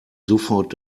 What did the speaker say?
sofort